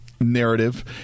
narrative